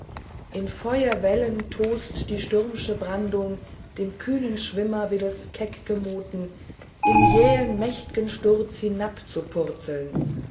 in feuerwellen tost die stürm'sche brandung dem kühnen schwimmer will es keck gemuten im jähen mächt'gen sturz